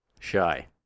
Shy